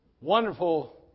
wonderful